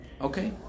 Okay